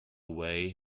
way